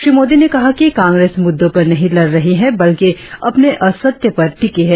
श्री मोदी ने कहा कि कांग्रेस मुद्दों पर नहीं लड़ रही है बल्कि अपने असत्य पर टिकी है